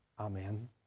Amen